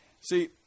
See